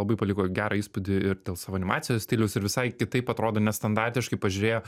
labai paliko gerą įspūdį ir dėl savo animacijos stiliaus ir visai kitaip atrodo nestandartiškai pažiūrėjo